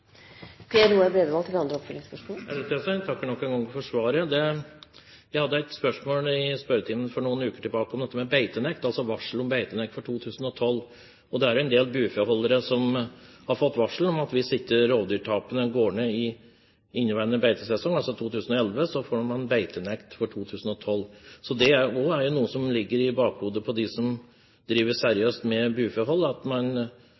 takker nok en gang for svaret. Jeg hadde et spørsmål i spørretimen for noen uker tilbake om beitenekt, altså varsel om beitenekt for 2012. Det er en del bufeholdere som har fått varsel om at hvis ikke rovdyrtapene går ned i inneværende beitesesong, altså i 2011, får man beitenekt for 2012. Det er noe som ligger i bakhodet på dem som driver seriøst med bufehold, at man